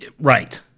right